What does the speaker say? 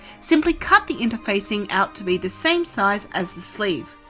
simply cut the interfacing out to be the same size as the sleeve.